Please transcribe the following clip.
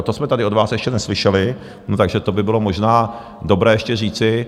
To jsme tady od vás ještě neslyšeli, takže to by bylo možná dobré ještě říci.